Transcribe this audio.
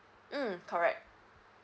mm correct